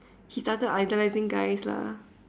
he does it either as in guys lah